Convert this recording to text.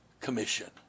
commission